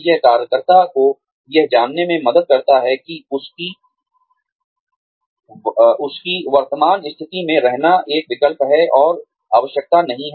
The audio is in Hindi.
यह कार्यकर्ता को यह जानने में मदद करता है कि उसकी वर्तमान स्थिति में रहना एक विकल्प है और आवश्यकता नहीं है